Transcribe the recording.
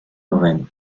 lorraine